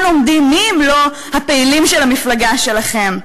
עומדים מי אם לא הפעילים של המפלגה שלכם.